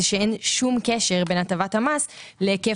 זה שאין שום קשר בין הטבת המס להשקעות.